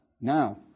Now